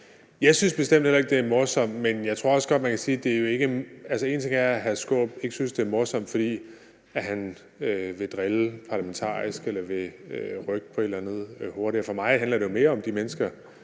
Jeg synes bestemt heller ikke, det er morsomt. Men én ting er, at hr. Peter Skaarup ikke synes, at det er morsomt, fordi han vil drille parlamentarisk eller vil rykke på et eller andet hurtigere. For mig handler det jo mere om de mennesker,